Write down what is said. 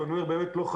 ואני אומר באמת לא,